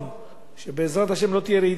שבעזרת השם לא תהיה רעידת אדמה,